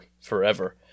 forever